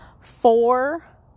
four